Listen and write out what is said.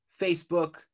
Facebook